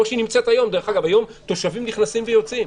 דרך אגב, היום תושבים נכנסים ויוצאים.